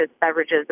beverages